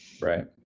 Right